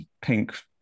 pink